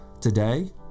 today